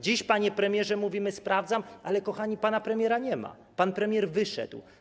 Dziś, panie premierze, mówimy: sprawdzam, ale, kochani, pana premiera nie ma, pan premier wyszedł.